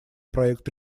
проект